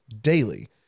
daily